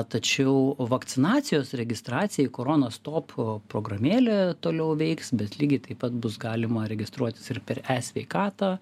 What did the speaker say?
tačiau vakcinacijos registracija į koronastop programėlę toliau veiks bet lygiai taip pat bus galima registruotis ir per e sveikatą